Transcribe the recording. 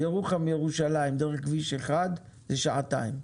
ירוחם לירושלים דרך כביש אחד זה שעתיים,